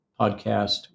podcast